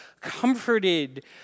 comforted